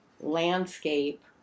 landscape